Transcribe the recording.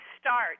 start